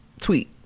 tweet